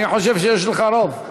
אני חושב שיש לך רוב.